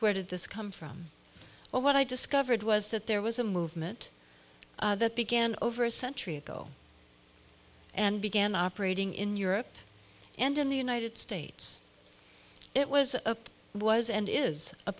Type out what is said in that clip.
where did this come from well what i discovered was that there was a movement that began over a century ago and began operating in europe and in the united states it was a was and i